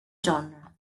genre